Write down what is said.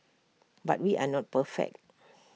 but we are not perfect